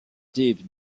types